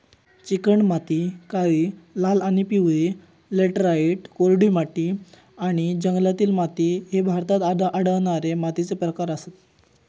चिकणमाती, काळी, लाल आणि पिवळी लॅटराइट, कोरडी माती आणि जंगलातील माती ह्ये भारतात आढळणारे मातीचे प्रकार आसत